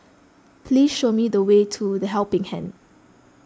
please show me the way to the Helping Hand